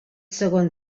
segon